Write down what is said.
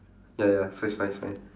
ya ya it's fine it's fine